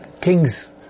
king's